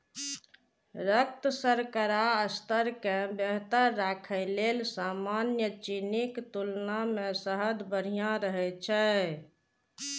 रक्त शर्करा स्तर कें बेहतर राखै लेल सामान्य चीनीक तुलना मे शहद बढ़िया रहै छै